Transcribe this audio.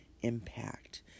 impact